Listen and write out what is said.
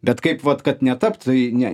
bet kaip vat kad netapt tai ne